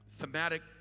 thematic